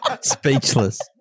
Speechless